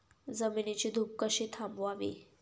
जमिनीची धूप कशी थांबवावी?